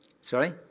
Sorry